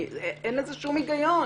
אין לזה שום היגיון.